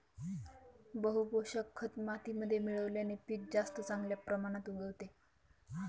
बहू पोषक खत मातीमध्ये मिळवल्याने पीक जास्त चांगल्या प्रमाणात उगवते